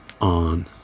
on